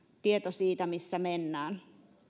tieto siitä missä mennään